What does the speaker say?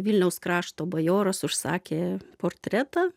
vilniaus krašto bajoras užsakė portretą